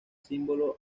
símbolo